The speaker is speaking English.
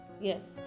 Yes